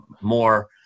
more